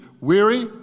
weary